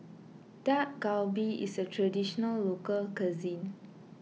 Dak Galbi is a Traditional Local Cuisine